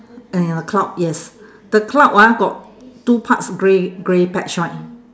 and a cloud yes the cloud ah got two parts grey grey patch [one]